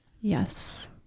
yes